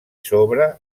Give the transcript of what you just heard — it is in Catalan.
sobre